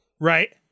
right